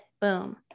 Boom